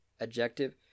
adjective